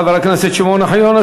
תודה לחבר הכנסת שמעון אוחיון.